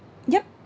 yup